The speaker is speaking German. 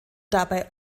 dabei